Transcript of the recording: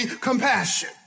compassion